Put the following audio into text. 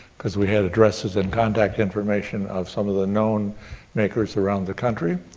because we had addresses and contact information of some of the known makers around the country,